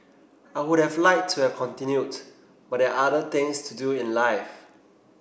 I would have liked to have continued but there are other things to do in life